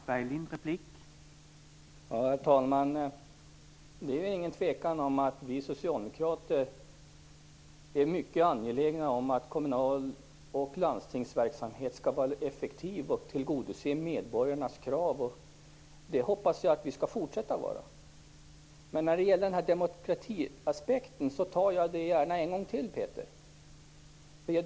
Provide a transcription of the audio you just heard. Herr talman! Det är ingen tvekan om att vi socialdemokrater är mycket angelägna om att verksamhet i kommuner och landsting skall vara effektiv och tillgodose medborgarnas krav. Det hoppas jag att vi skall fortsätta att vara. När det gäller demokratiaspekten tar jag gärna det en gång till, Peter Eriksson.